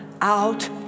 out